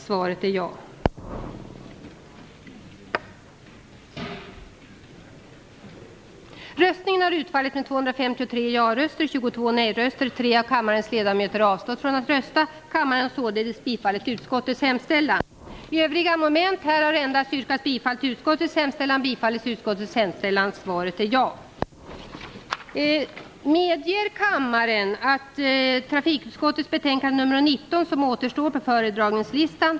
Ett antal händelser med inslag av allt grövre våld har på senare år drabbat Sverige varav en del fall röner stor medial uppmärksamhet. Det tycks som om våldet ökar både vad gäller utbredning och karaktär. Det går självfallet inte att peka ut en enda orsak till det grova våldet - och inte en eller ett par åtgärder som hastigt skulle stoppa våldshändelserna.